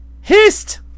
hist